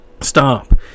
stop